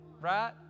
Right